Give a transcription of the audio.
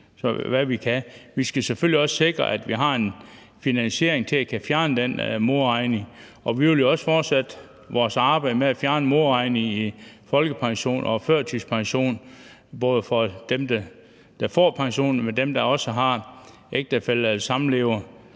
Vi skal selvfølgelig også sikre, at vi har en finansiering til at kunne fjerne den modregning, og vi vil også fortsætte vores arbejde med at fjerne modregningen i folkepension og førtidspension både for dem, der får pension, og for dem, der også har en ægtefælle eller